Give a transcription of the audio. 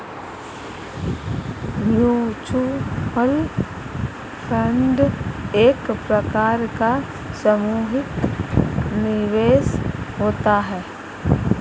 mutual fund एक प्रकार का सामुहिक निवेश होता है